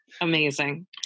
Amazing